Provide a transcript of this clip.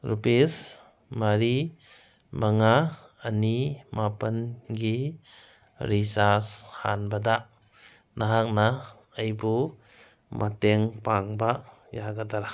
rupees ꯃꯔꯤ ꯃꯉꯥ ꯑꯅꯤ ꯃꯥꯄꯟꯒꯤ ꯔꯤꯆꯥꯔꯖ ꯍꯥꯟꯕꯗ ꯅꯍꯥꯛꯅ ꯑꯩꯕꯨ ꯃꯇꯦꯡ ꯄꯥꯡꯕ ꯌꯥꯒꯗꯔꯥ